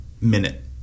minute